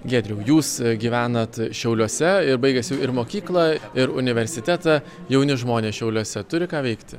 giedriau jūs gyvenat šiauliuose ir baigęs jau ir mokyklą ir universitetą jauni žmonės šiauliuose turi ką veikti